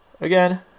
again